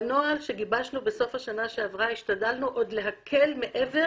בנוהל שגיבשנו בסוף השנה שעברה השתדלנו עוד להקל מעבר